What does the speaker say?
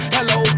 Hello